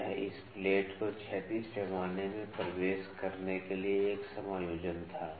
तो यह इस प्लेट को क्षैतिज पैमाने में प्रवेश करने के लिए एक समायोजन था